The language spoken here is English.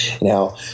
Now